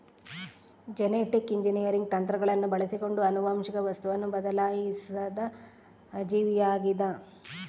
genetic engineering ತಂತ್ರಗಳನ್ನು ಬಳಸಿಕೊಂಡು ಆನುವಂಶಿಕ ವಸ್ತುವನ್ನು ಬದಲಾಯಿಸಿದ ಜೀವಿಯಾಗಿದ